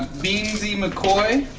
beansymccoy.